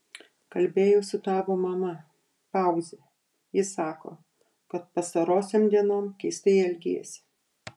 kalbėjau su tavo mama pauzė ji sako kad pastarosiom dienom keistai elgiesi